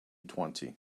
twenty